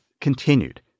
continued